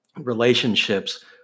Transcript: relationships